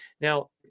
Now